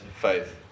faith